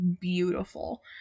beautiful